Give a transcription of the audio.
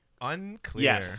Unclear